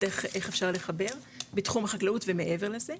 איך אפשר לחבר בתחום החקלאות ומעבר לזה.